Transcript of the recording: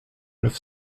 neuf